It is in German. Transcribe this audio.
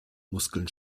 muskeln